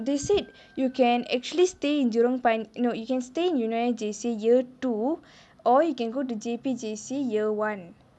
they said you can actually stay in jurong pio~ no you can stay in eunoia J_C year two or you can go to J_P_J_C year one